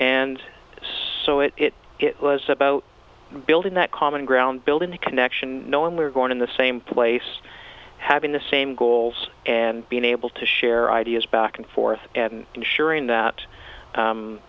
and so it it it was about building that common ground building the connection knowing we're going in the same place having the same goals and being able to share ideas back and forth and ensuring that